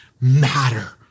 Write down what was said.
matter